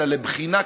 אלא לבחינה קשה,